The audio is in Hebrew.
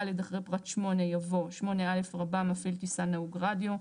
(ד) אחרי פרט (8) יבוא: (8א) מפעיל טיסן נהוג רדיו,